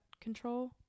control